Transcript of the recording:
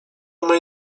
mej